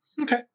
Okay